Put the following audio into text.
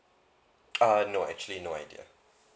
uh no actually no idea